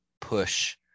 Push